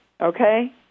Okay